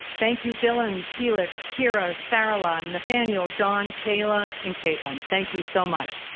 thank you, dillon, felix, kyra, sarala, and nathaniel, john, kayla and kaitlyn. thank you so much.